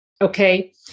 okay